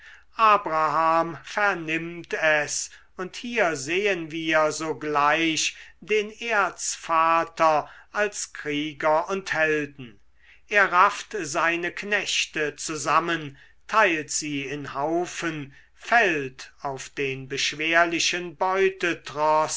abraham vernimmt es und hier sehen wir sogleich den erzvater als krieger und helden er rafft seine knechte zusammen teilt sie in haufen fällt auf den beschwerlichen beutetroß